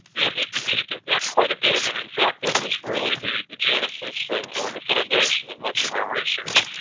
yeah he did he did that quite a bit. and in fact that was really the genesis ah or the foundation of much of our research.